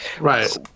right